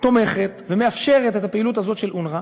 תומכת ומאפשרת את הפעילות הזאת של אונר"א